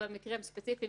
במקרים ספציפיים,